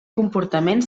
comportament